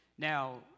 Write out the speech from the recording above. Now